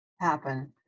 happen